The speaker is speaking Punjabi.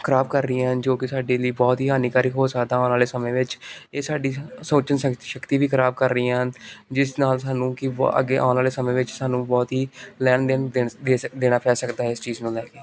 ਖਰਾਬ ਕਰ ਰਹੀਆਂ ਹਨ ਜੋ ਕਿ ਸਾਡੇ ਲਈ ਬਹੁਤ ਹੀ ਹਾਨੀਕਾਰਕ ਹੋ ਸਕਦਾ ਆਉਣ ਵਾਲੇ ਸਮੇਂ ਵਿੱਚ ਇਹ ਸਾਡੀ ਸ ਸੋਚਣ ਸ਼ਕਤ ਸ਼ਕਤੀ ਵੀ ਖਰਾਬ ਕਰ ਰਹੀਆਂ ਹਨ ਜਿਸ ਨਾਲ ਸਾਨੂੰ ਕਿ ਵ ਅੱਗੇ ਆਉਣ ਵਾਲੇ ਸਮੇਂ ਵਿੱਚ ਸਾਨੂੰ ਬਹੁਤ ਹੀ ਲੈਣ ਦੇਣ ਦੇ ਦੇ ਸ ਦੇਣਾ ਪੈ ਸਕਦਾ ਹੈ ਇਸ ਚੀਜ਼ ਨੂੰ ਲੈ ਕੇ